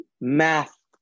math